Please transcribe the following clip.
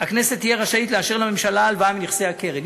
הכנסת תהיה רשאית לאשר לממשלה הלוואה מנכסי הקרן,